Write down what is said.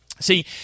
See